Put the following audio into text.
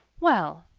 well!